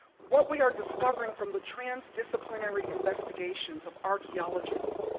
what we are discovering from the trans-disciplinary investigations of archeologists,